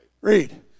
Read